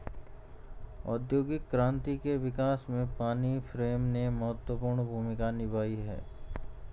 औद्योगिक क्रांति के विकास में पानी फ्रेम ने महत्वपूर्ण भूमिका निभाई है